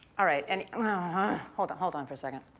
all right, and, and hold hold on for a second.